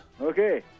Okay